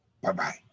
Bye-bye